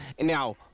now